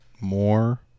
more